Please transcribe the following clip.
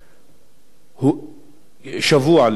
שבוע לפני הפסח אז,